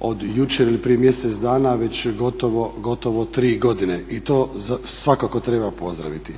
od jučer ili prije mjesec dana već gotovo tri godine i to svakako treba pozdraviti.